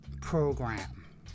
program